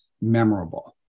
memorable